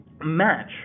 match